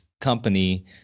company